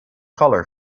color